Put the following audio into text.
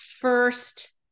first